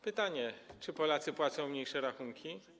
Pytanie, czy Polacy płacą mniejsze rachunki.